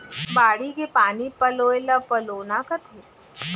बाड़ी के पानी पलोय ल पलोना कथें